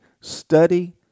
study